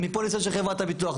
מפוליסות של חברת הביטוח.